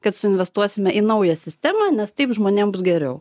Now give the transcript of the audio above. kad investuosime į naują sistemą nes taip žmonėms bus geriau